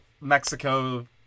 Mexico